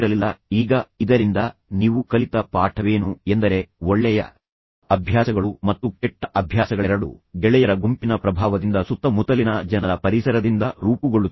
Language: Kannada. ಈಗ ಇದರಿಂದ ನೀವು ಕಲಿತ ಪಾಠವೇನು ಎಂದರೆ ಒಳ್ಳೆಯ ಅಭ್ಯಾಸಗಳು ಮತ್ತು ಕೆಟ್ಟ ಅಭ್ಯಾಸಗಳೆರಡೂ ಗೆಳೆಯರ ಗುಂಪಿನ ಪ್ರಭಾವದಿಂದ ಅಥವಾ ಅದರ ಸುತ್ತಮುತ್ತಲಿನ ಜನರ ಪರಿಸರದಿಂದ ರೂಪುಗೊಳ್ಳುತ್ತವೆ